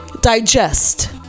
digest